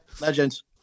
legends